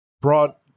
brought